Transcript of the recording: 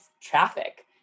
traffic